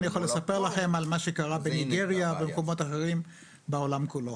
אני יכול לספר לכם על מה שקרה בליבריה ובמקומות אחרים בעולם כולו.